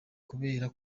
kubera